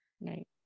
Right